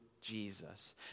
jesus